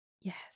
yes